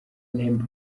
ntembe